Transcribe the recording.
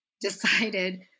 decided